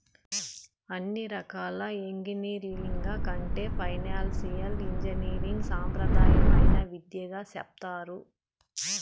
అన్ని రకాల ఎంగినీరింగ్ల కంటే ఫైనాన్సియల్ ఇంజనీరింగ్ సాంప్రదాయమైన విద్యగా సెప్తారు